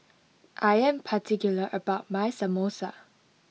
I am particular about my Samosa